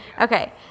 Okay